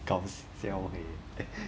搞笑 leh